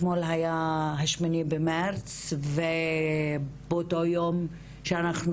אתמול היה ה-8 במרץ ובאותו היום שאנחנו